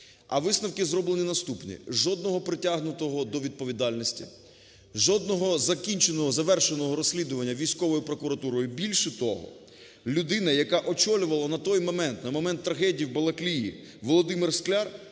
А висновки зроблені наступні: жодного притягнутого до відповідальності, жодного закінченого, завершеного розслідування Військовою прокуратурою. Більше того, людина, яка очолювала на той момент, на момент трагедії в Балаклії, Володимир Скляр,